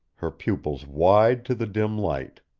her pupils wide to the dim light.